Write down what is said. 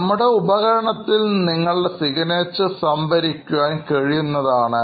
നമ്മുടെ ഉപകരണത്തിൽ നിങ്ങളുടെ സിഗ്നേച്ചർ സംഭരിക്കാൻ കഴിയുന്നതാണ്